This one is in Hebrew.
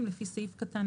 או אישור כאמור,